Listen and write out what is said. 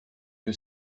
que